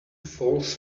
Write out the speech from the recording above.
false